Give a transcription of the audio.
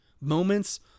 moments